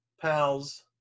pals